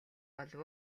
болов